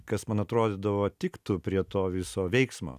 kas man atrodydavo tiktų prie to viso veiksmo